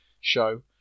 show